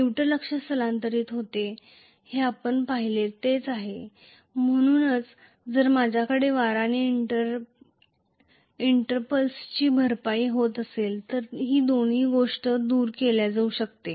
जे आपण पाहिले तेच आहे म्हणूनच जर माझ्याकडे कॉम्पेन्सेटिंग विंडींग आणि इंटरपोल असेल तरया दोन्ही गोष्टी दूर केल्या जाऊ शकतात